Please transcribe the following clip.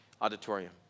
auditorium